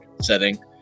setting